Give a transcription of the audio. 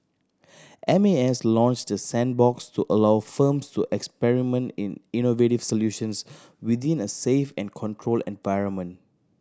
M A S launched the sandbox to allow firms to experiment in innovative solutions within a safe and controlled environment